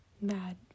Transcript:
mad